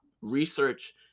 research